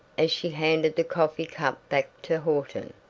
as she handed the coffee-cup back to horton.